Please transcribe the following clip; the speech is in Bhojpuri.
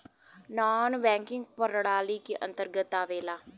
नानॅ बैकिंग प्रणाली के अंतर्गत आवेला